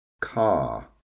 car